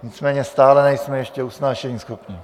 Nicméně stále nejsme ještě usnášeníschopní.